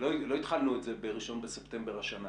לא התחלנו את זה ב-1 בספטמבר השנה.